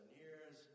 years